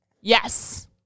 yes